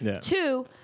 Two